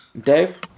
Dave